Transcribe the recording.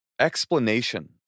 explanation